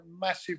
massive